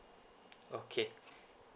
okay